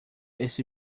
esse